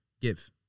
Give